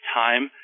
time